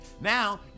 now